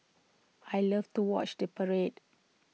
I love to watch the parade